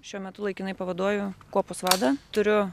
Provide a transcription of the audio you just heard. šiuo metu laikinai pavaduoju kuopos vadą turiu